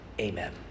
Amen